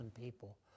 people